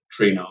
Trino